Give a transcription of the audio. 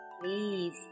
Please